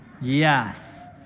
Yes